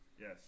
Yes